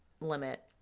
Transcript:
limit